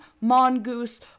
mongoose